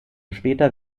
später